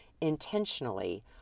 intentionally